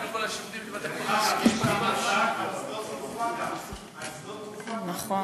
יש הצעה על שדות-התעופה, נכון,